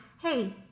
hey